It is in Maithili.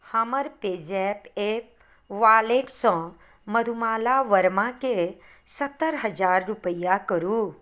हमर पेजैप एप वॉलेटसँ मधुमाला वर्माके सत्तरि हजार रुपैआ करू